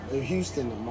Houston